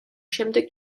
შემდეგ